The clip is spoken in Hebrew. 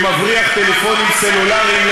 שמבריח טלפונים סלולריים,